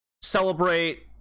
celebrate